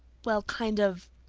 well, kind of.